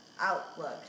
outlook